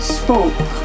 spoke